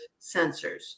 sensors